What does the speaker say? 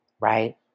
right